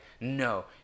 no